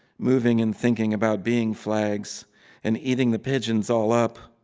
moving and thinking about being flags and eating the pigeons all up